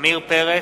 עמיר פרץ,